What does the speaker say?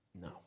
No